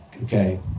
Okay